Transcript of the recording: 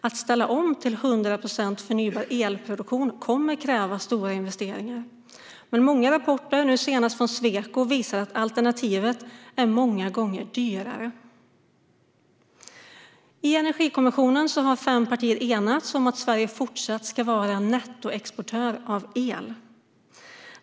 Att ställa om till produktion av el som till 100 procent är förnybar kommer att kräva stora investeringar, men många rapporter - nu senast en från Sweco - visar att alternativet är många gånger dyrare. I Energikommissionen har fem partier enats om att Sverige fortsatt ska vara en nettoexportör av el.